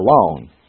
alone